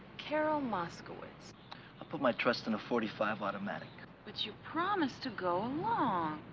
carol moskowitz i put my trust in a forty five automatic. would you promise to go along?